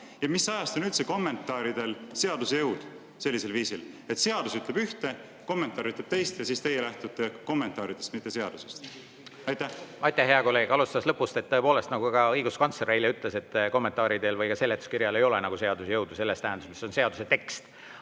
Ja mis ajast on üldse kommentaaridel seaduse jõud: kui seadus ütleb ühte, kommentaar ütleb teist, siis teie lähtute kommentaaridest, mitte seadusest? Aitäh, hea kolleeg! Alustaks lõpust. Tõepoolest, nagu ka õiguskantsler eile ütles, kommentaaridel või seletuskirjal ei ole seaduse jõudu selles tähenduses, mis on seaduse tekstil.